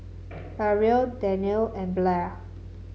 Arvil Danelle and Blair